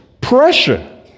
pressure